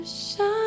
shine